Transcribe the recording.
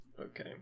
Okay